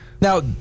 Now